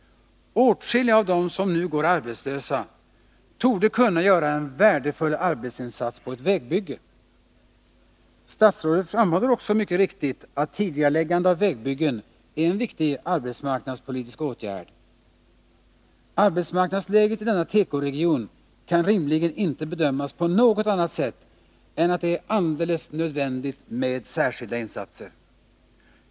Åtskilliga av dem som nu går arbetslösa torde kunna göra en värdefull arbetsinsats på ett vägbygge. Statsrådet framhåller också mycket riktigt att tidigareläggande av vägbyggen är en viktig arbetsmarknadspolitisk åtgärd. Arbetsmarknadsläget i denna tekoregion kan rimligen inte bedömas på något annat sätt än att det är alldeles nödvändigt med särskilda insatser.